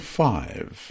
five